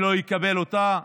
לא יקבל אותה.